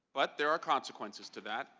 but there are consequences to that.